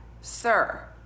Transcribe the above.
Sir